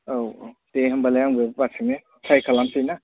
औ औ दे होनबालाय आंबो बासजोंनो ट्राइ खालामनोसै ना